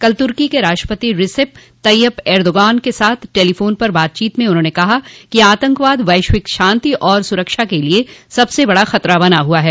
कल तुर्की के राष्ट्रपति रिसेप तैय्यपएर्दोगन के साथ टेलीफोन पर बातचीत में उन्होंने कहा कि आतंकवाद वैश्विक शांति और सुरक्षा के लिए सबसे बड़ा खतरा बना हुआ है